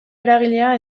eragilea